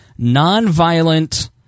nonviolent